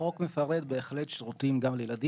החוק בהחלט מפרט שירותים גם לילדים,